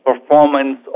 performance